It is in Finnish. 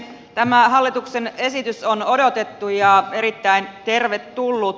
tämä hallituksen esitys on odotettu ja erittäin tervetullut